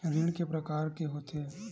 ऋण के प्रकार के होथे?